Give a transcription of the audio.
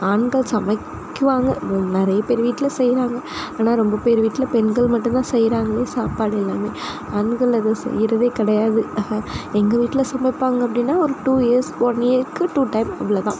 ஆண்கள் சமைக்குவாங்க நிறைய பேரு வீட்டில் செய்கிறாங்க ஆனால் ரொம்ப பேர் வீட்டில் பெண்கள் மட்டும்தான் செய்கிறாங்களே சாப்பாடு எல்லாமே ஆண்கள் அதுவும் செய்யறதே கிடையாது எங்கள் வீட்டில் சமைப்பாங்க அப்படினா ஒரு டூ இயர்ஸ் ஒன் இயர்க்கு டூ டைம் அவ்வளோ தான்